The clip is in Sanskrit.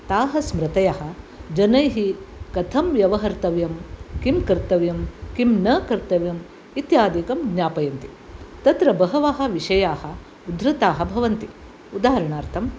ताः स्मृतयः जनैः कथं व्यवहर्तव्यं किं कर्तव्यं किं न कर्तव्यम् इत्यादिकं ज्ञापयन्ति तत्र बहवः विषयाः उद्धृताः भवन्ति उदाहरणार्थं